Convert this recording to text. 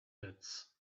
pits